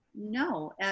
No